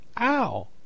Ow